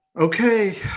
Okay